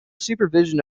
supervision